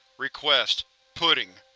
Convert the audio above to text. request pudding.